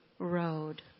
road